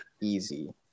easy